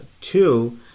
two